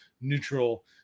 neutral